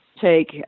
take